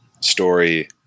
story